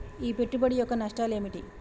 ఈ పెట్టుబడి యొక్క నష్టాలు ఏమిటి?